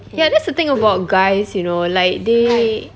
ya that's the thing about guys you know like they